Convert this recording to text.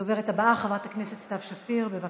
הדוברת הבאה, חברת הכנסת סתיו שפיר, בבקשה.